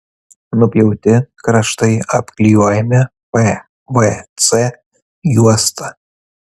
nupjauti kraštai apklijuojami pvc juosta